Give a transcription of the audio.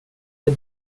mig